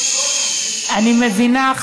אני מבינה,